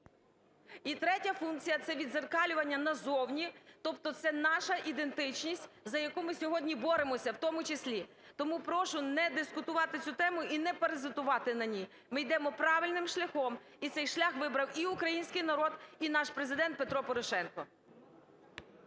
І третє функція – це віддзеркалювання назовні, тобто це наша ідентичність, за яку ми сьогодні боремося в тому числі. Тому прошу не дискутувати цю тему і не паразитувати на ній. Ми йдемо правильним шляхом, і цей шлях вибрав і український народ, і наш Президент Петро Порошенко.